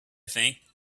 think